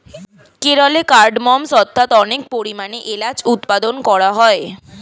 কেরলে কার্ডমমস্ অর্থাৎ অনেক পরিমাণে এলাচ উৎপাদন করা হয়